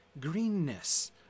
greenness